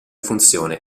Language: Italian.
funzione